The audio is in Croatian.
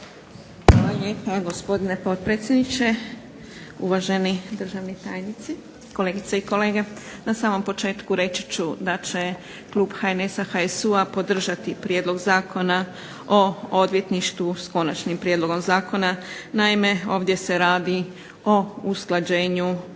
lijepa gospodine potpredsjedniče, uvaženi državni tajnici, kolegice i kolege. Na samom početku reći ću da će Klub HNS-a HSU-a podržati Prijedlog zakona o odvjetništvu s Konačnim prijedlogom zakona, naime ovdje se radi o usklađenju